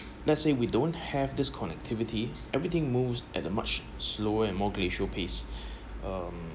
let's say we don't have this connectivity everything moves at a much slower and more glacial pace um